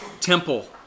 temple